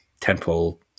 temple